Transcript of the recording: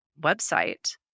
website